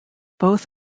both